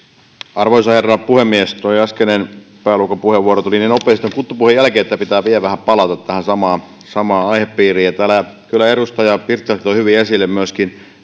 arvoisa herra puhemies tuo äskeinen pääluokan puheenvuoro tuli niin nopeasti kuttupuheen jälkeen että pitää vielä vähän palata tähän samaan aihepiiriin täällä kyllä edustaja pirttilahti toi hyvin esille myöskin